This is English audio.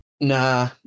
Nah